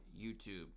YouTube